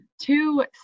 two